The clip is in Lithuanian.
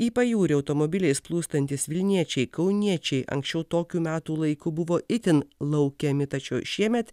į pajūrį automobiliais plūstantys vilniečiai kauniečiai anksčiau tokiu metų laiku buvo itin laukiami tačiau šiemet